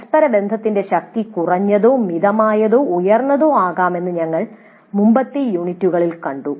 പരസ്പര ബന്ധത്തിന്റെ ശക്തി കുറഞ്ഞതോ മിതമായതോ ഉയർന്നതോ ആകാമെന്ന് ഞങ്ങൾ മുമ്പത്തെ യൂണിറ്റുകളിൽ കണ്ടു